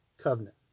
covenant